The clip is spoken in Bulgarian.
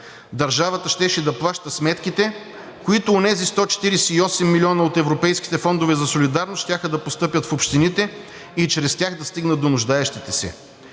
Държавата щеше да плаща сметките, които онези 148 милиона от европейските фондове за солидарност щяха да постъпят в общините и чрез тях да стигнат до нуждаещите се.